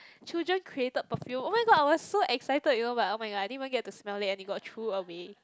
children created perfume oh-my-god I was so excited you know but oh-my-god I didn't even get to smell it and it got threw away